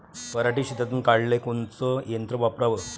पराटी शेतातुन काढाले कोनचं यंत्र वापराव?